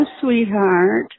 sweetheart